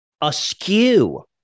Askew